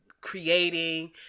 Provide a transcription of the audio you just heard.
creating